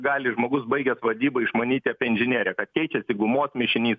gali žmogus baigęs vadybą išmanyti apie inžineriją kad keičiasi gumos mišinys